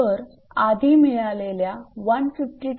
तर आधी मिळालेल्या 152